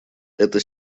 эта